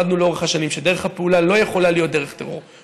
למדנו לאורך השנים שדרך הפעולה לא יכולה להיות דרך טרור.